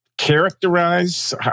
characterize